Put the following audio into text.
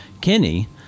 Kenny